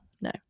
no